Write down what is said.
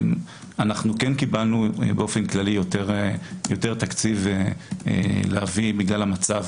אנחנו כן קיבלנו באופן כללי יותר תקציב להביא בגלל המצב,